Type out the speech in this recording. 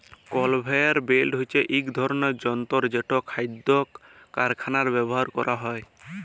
conveyor belt হছে ইক ধরলের যল্তর যেট খাইদ্য কারখালায় ব্যাভার ক্যরা হ্যয়